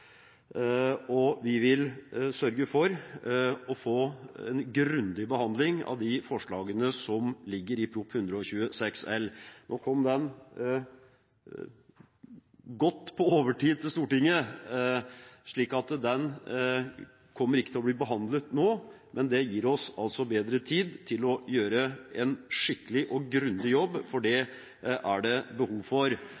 og vi vil sørge for å få en grundig behandling av de forslagene som ligger der. Proposisjonen kom godt på overtid til Stortinget, slik at den ikke kommer til å bli behandlet nå. Men det gir oss bedre tid til å gjøre en skikkelig og grundig jobb, for